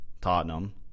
Tottenham